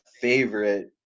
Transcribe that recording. favorite